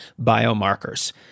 biomarkers